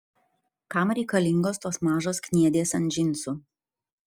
kam reikalingos tos mažos kniedės ant džinsų